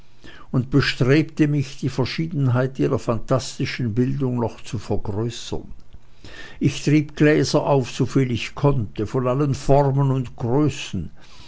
und bestrebte mich die verschiedenheit ihrer phantastischen bildung noch zu vergrößern ich trieb gläser auf soviel ich konnte von allen formen und größen